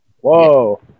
Whoa